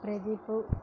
Pradeep